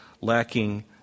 Lacking